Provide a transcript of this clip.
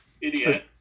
idiot